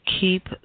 Keep